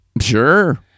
Sure